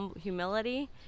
humility